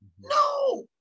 no